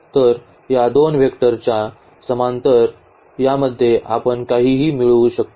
तर या दोन वेक्टर च्या समांतर यामध्ये आपण काहीही मिळवू शकतो